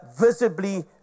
visibly